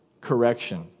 correction